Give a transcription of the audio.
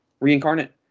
Reincarnate